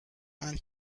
and